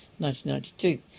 1992